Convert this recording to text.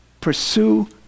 Pursue